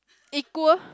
equal